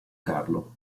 carlo